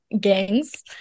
gangs